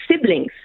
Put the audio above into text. siblings